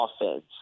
offense